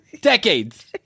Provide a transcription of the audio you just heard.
decades